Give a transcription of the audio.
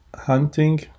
hunting